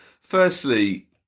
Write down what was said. Firstly